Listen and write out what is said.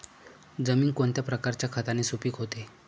जमीन कोणत्या प्रकारच्या खताने सुपिक होते?